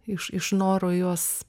iš iš noro juos